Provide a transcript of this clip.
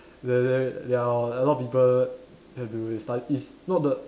there there there are a lot of people have to study is not the